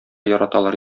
яраталар